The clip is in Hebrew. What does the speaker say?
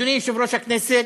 אדוני יושב-ראש הכנסת,